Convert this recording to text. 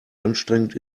anstrengend